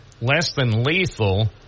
less-than-lethal